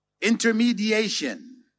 Intermediation